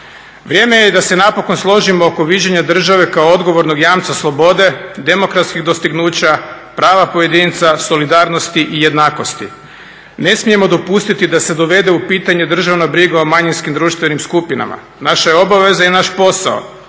Vrijeme je da se napokon složimo oko viđenja države kao odgovornog jamca slobode, demokratskih dostignuća, prava pojedinca, solidarnosti i jednakosti. Ne smijemo dopustiti da se dovede u pitanje državna briga o manjinskim društvenim skupinama. Naša je obaveza i naš posao